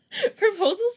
Proposals